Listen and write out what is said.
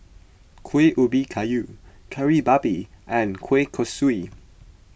Kuih Ubi Kayu Kari Babi and Kueh Kosui